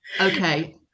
okay